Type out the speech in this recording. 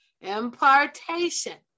Impartation